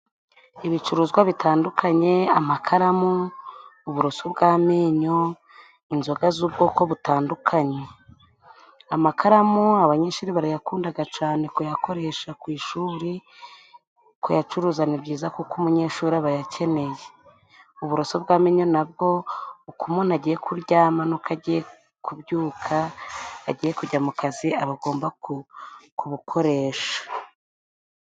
Ibicuruzwa bitandukanye amakaramu, uburoso bw'amenyo inzoga z'ubwoko butandukanye; amakaramu abanyeshuri barayakundaga cane kuyakoresha ku ishuri kuyacuruza ni byiza kuko umunyeshuri aba ayakeneye. Uburoso bw' amenyo nabwo uko umuntu agiye kuryama nuko agiye kubyuka agiye kujya mu kazi aba agomba kubukoresha.